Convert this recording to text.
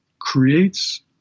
creates